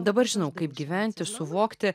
dabar žinau kaip gyventi suvokti